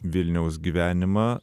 vilniaus gyvenimą